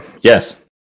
Yes